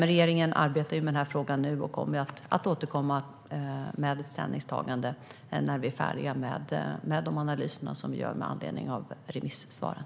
Regeringen arbetar dock med frågan nu och kommer att återkomma med ett ställningstagande när vi är färdiga med de analyser vi gör med anledning av remissvaren.